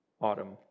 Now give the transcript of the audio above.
Autumn